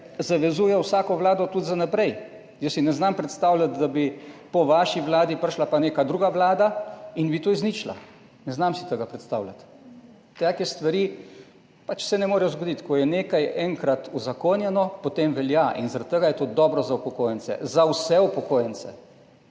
zavezuje vsako vlado, tudi za naprej. Jaz si ne znam predstavljati, da bi po vaši vladi prišla pa neka druga vlada in bi to izničila, ne znam si tega predstavljati. Take stvari se pač ne morejo zgoditi. Ko je nekaj enkrat uzakonjeno, potem velja. In zaradi tega je to dobro za upokojence, za vse upokojence,